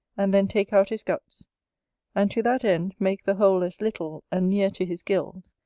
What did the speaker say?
and then take out his guts and to that end make the hole as little, and near to his gills,